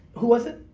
who was it?